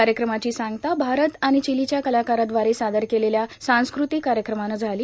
कार्यक्रमाची सांगता भारत आणि चिलीच्या कलाकाराद्वारे सादर केलेल्या सांस्कृतिक कार्यक्रमाने झाली